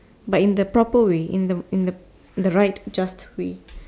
but in the proper way in the in the in the right just way